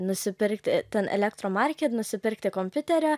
nusipirkti ten elektromarke nusipirkti kompiuterio